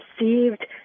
received